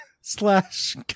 slash